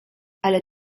ale